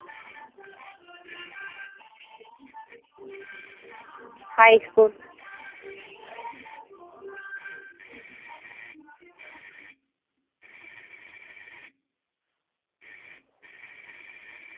high school